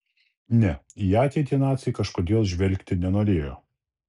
ne į ateitį naciai kažkodėl žvelgti nenorėjo